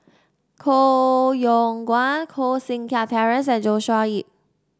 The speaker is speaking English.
Koh Yong Guan Koh Seng Kiat Terence and Joshua Ip